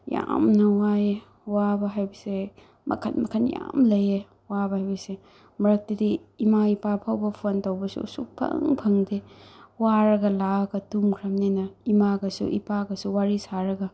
ꯌꯥꯝꯅ ꯋꯥꯏꯌꯦ ꯋꯥꯕ ꯍꯥꯏꯕꯁꯦ ꯃꯈꯟ ꯃꯈꯟ ꯌꯥꯝ ꯂꯩꯑꯦ ꯋꯥꯕ ꯍꯥꯏꯕꯁꯦ ꯃꯔꯛꯇꯗꯤ ꯏꯃꯥ ꯏꯄꯥ ꯐꯥꯎꯕ ꯐꯣꯟ ꯇꯧꯕꯁꯨ ꯁꯨꯡꯐꯪ ꯐꯪꯗꯦ ꯋꯥꯔꯒ ꯂꯥꯛꯑꯒ ꯇꯨꯝꯈ꯭ꯔꯕꯅꯤꯅ ꯏꯃꯥꯒꯁꯨ ꯏꯄꯥꯒꯁꯨ ꯋꯥꯔꯤ ꯁꯥꯔꯒ